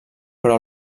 però